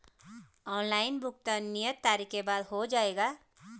Online भुगतान नियत तारीख के बाद हो जाएगा?